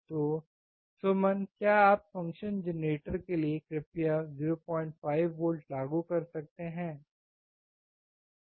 तो सुमन क्या आप फ़ंक्शन जेनरेटर के लिए कृपया 05 वोल्ट लागू कर सकते हैं